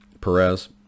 Perez